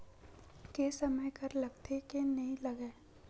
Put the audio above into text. के समय कर लगथे के नइ लगय?